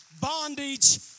bondage